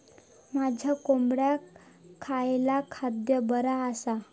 माझ्या कोंबड्यांका खयला खाद्य बरा आसा?